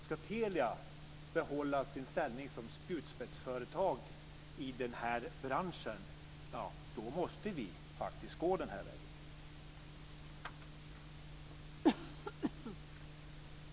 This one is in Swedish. Ska Telia behålla sin ställning som spjutspetsföretag i den här branschen måste vi gå den här vägen.